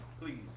please